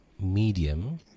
medium